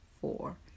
four